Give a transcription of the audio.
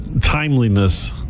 timeliness